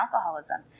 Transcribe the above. alcoholism